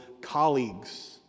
colleagues